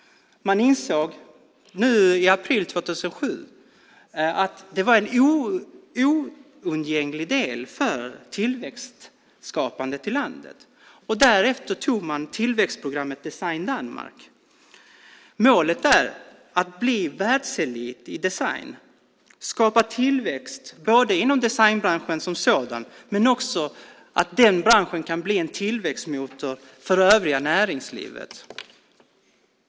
I april 2007 insåg man att det var en oundgänglig del för tillväxten i landet. Därefter startade man tillväxtprogrammet Design Danmark. Målet är att bli världselit i design och skapa tillväxt inom designbranschen. Branschen kan också bli en tillväxtmotor för det övriga näringslivet.